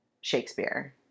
Shakespeare